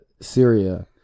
Syria